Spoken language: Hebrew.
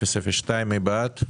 24002. מי בעד?